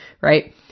right